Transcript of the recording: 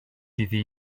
iddi